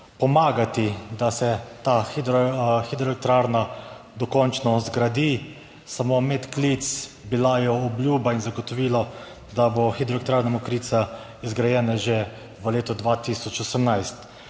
pomagati, da se ta hidroelektrarna dokončno zgradi. Samo medklic, bila je obljuba in zagotovilo, da bo hidroelektrarna Mokrice zgrajena že v letu 2018.